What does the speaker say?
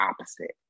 opposite